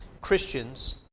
christians